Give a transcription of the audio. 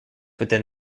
within